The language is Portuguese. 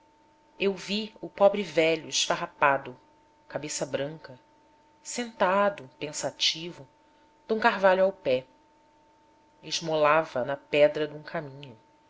eu vi o pobre velho esfarrapado cabeça branca sentado pensativo dum carvalho ao pé esmolava na pedra dum caminho